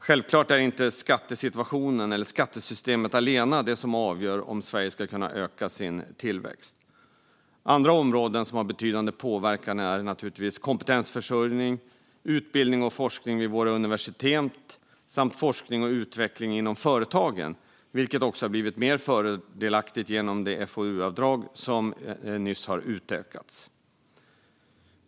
Självklart är inte skattesituationen eller skattesystemet det enda som avgör om Sverige skulle kunna öka sin tillväxt. Andra områden som har betydande påverkan är kompetensförsörjning, utbildning och forskning vid våra universitet och forskning och utveckling inom företagen, vilket nu har blivit mer fördelaktigt genom det FOU-avdrag som nyss har utökats.